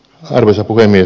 arvoisa puhemies